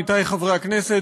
עמיתי חברי הכנסת,